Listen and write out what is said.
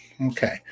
Okay